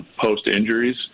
post-injuries